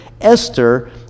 Esther